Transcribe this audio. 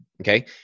okay